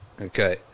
Okay